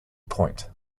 point